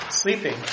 sleeping